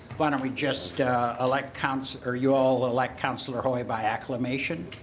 why don't we just elect counts? are you all like councilor hoy by acclamation?